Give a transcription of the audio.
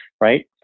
right